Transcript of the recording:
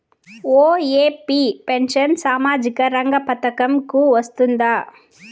OAP pension సామాజిక రంగ పథకం కు వస్తుందా?